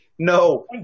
No